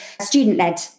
student-led